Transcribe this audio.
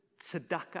tzedakah